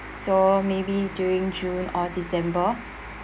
so maybe during june or december